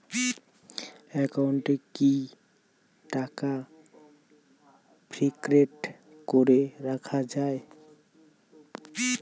একাউন্টে কি টাকা ফিক্সড করে রাখা যায়?